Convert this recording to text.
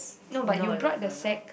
no but you brought the sack